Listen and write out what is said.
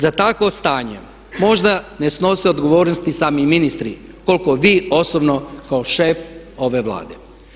Za takvo stanje možda ne snose odgovornost ni sami ministri koliko vi osobno kao šef ove Vlade.